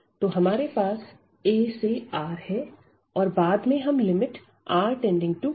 तो हमारे पास a से R है और बाद में हम R→∞ लेंगे